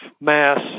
mass